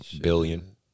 billion